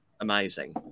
amazing